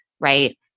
right